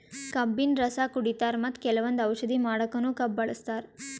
ಕಬ್ಬಿನ್ ರಸ ಕುಡಿತಾರ್ ಮತ್ತ್ ಕೆಲವಂದ್ ಔಷಧಿ ಮಾಡಕ್ಕನು ಕಬ್ಬ್ ಬಳಸ್ತಾರ್